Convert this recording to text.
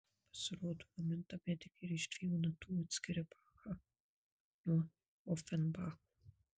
pasirodo raminta medikė ir iš dviejų natų atskiria bachą nuo ofenbacho